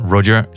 Roger